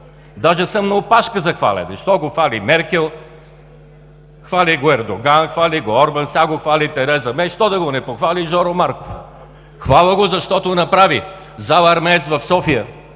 Даже съм на опашка за хвалене. Защо го хвали Меркел, хвали го Ердоган, хвали го Орбан, сега го хвали Тереза Мей! Що да го не похвали Жоро Марков? Хваля го, защото направи зала „Армеец“ в София